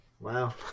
Wow